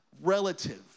relative